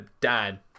dan